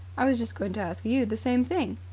i was just going to ask you the same thing.